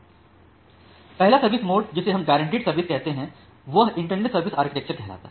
इसलिए पहला service mode जिसे हम गारन्टीड सर्विस कहते हैं वह इंटीग्रेटेड सर्विस आर्किटेक्चर कहलाता है